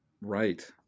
Right